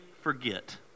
forget